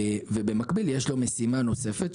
ובמקביל יש לו משימה נוספת,